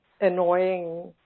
annoying